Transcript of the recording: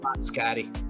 Scotty